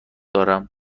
دارم